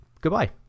goodbye